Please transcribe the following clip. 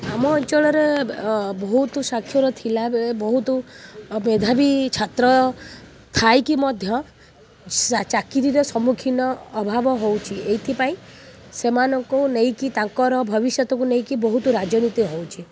ଆମ ଅଞ୍ଚଳରେ ବହୁତ ସ୍ଵାକ୍ଷର ଥିଲା ବେଳେ ବହୁତ ମେଧାବୀ ଛାତ୍ର ଥାଇକି ମଧ୍ୟ ଚା ଚାକିରିରେ ସମ୍ମୁଖୀନ ଅଭାବ ହେଉଛି ଏଇଥିପାଇଁ ସେମାନଙ୍କୁ ନେଇକି ତାଙ୍କର ଭବିଷ୍ୟତକୁ ନେଇକି ବହୁତ ରାଜନୀତି ହେଉଛି